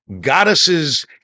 goddesses